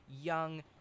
young